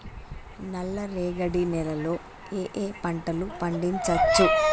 నల్లరేగడి నేల లో ఏ ఏ పంట లు పండించచ్చు?